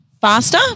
faster